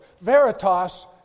Veritas